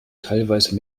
teilweise